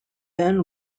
ben